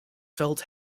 felt